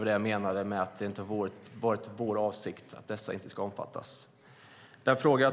Det var det jag menade med att det inte har varit vår avsikt att dessa inte ska omfattas.